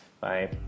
Bye